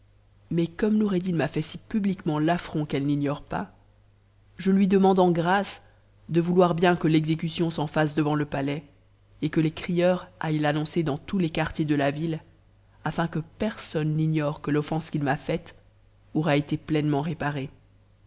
mais comme noureddin m'a fait si publiquement l'affront qu'elle n'ignore pas je lui demande en grâce de vouloir bien que l'exécution s'en fasse devant le pa lais et que les crieurs aillent l'annoncer dans tous les quartiers de la ville afin que personne n'ignore que l'offense qu'il m'a faite aura été pleinement réparée